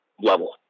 level